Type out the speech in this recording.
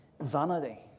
vanity